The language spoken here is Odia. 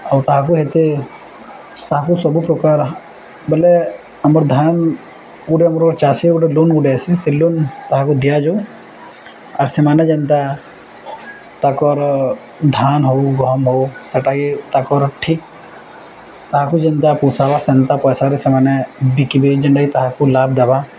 ଆଉ ତାହାକୁ ହେତେ ତାହାକୁ ସବୁ ପ୍ରକାର ବୋଲେ ଆମର ଧାନ୍ ଗୁଡ଼େ ଆମର ଚାଷୀ ଗୋଟେ ଲୋନ୍ ଗୁଟେ ଆସି ସେ ଲୋନ୍ ତାହାକୁ ଦିଆଯାଉ ଆର୍ ସେମାନେ ଯେନ୍ତା ତାଙ୍କର ଧାନ ହଉ ଗହମ ହଉ ସେଟାକି ତାଙ୍କର ଠିକ୍ ତାହାକୁ ଯେନ୍ତା ପୋଷାବା ସେନ୍ତା ପଇସାରେ ସେମାନେ ବିକିବେ ଯେନ୍ଟାକି ତାହାକୁ ଲାଭ୍ ଦେବା